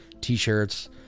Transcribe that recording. T-shirts